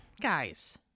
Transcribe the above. guys